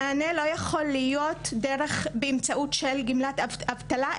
המענה לא יכול להיות דרך באמצעות של גמלת אבטלה,